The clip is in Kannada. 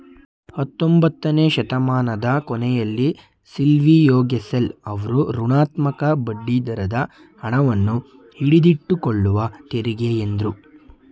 ಹತ್ತೊಂಬತ್ತನೆ ಶತಮಾನದ ಕೊನೆಯಲ್ಲಿ ಸಿಲ್ವಿಯೋಗೆಸೆಲ್ ಅವ್ರು ಋಣಾತ್ಮಕ ಬಡ್ಡಿದರದ ಹಣವನ್ನು ಹಿಡಿದಿಟ್ಟುಕೊಳ್ಳುವ ತೆರಿಗೆ ಎಂದ್ರು